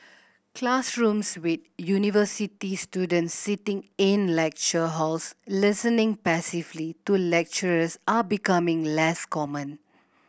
classrooms with university students sitting in lecture halls listening passively to lecturers are becoming less common